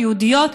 יהודית,